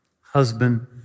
Husband